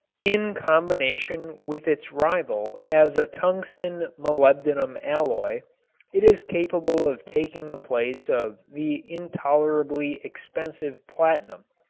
in combination with its rival as a tungsten-molybdenum alloy it is capable of taking the place of the intolerably expensive platinum,